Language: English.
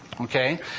Okay